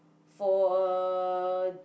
for a